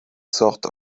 sort